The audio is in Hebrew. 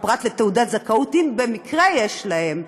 פרט לתעודת זכאות, אם במקרה יש להם,